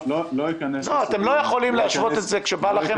לא אכנס לסיפור, לא אכנס לסוגייה,